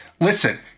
Listen